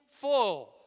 full